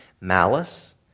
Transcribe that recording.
malice